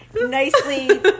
Nicely